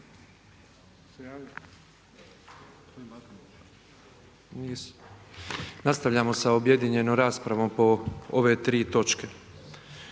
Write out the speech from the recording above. Nastavljamo sa objedinjenom raspravom po ove tri točke.